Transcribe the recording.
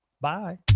Bye